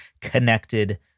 connected